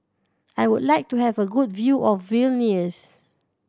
I would like to have a good view of Vilnius